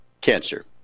cancer